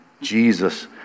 Jesus